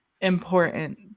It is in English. important